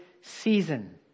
season